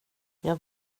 jag